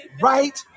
right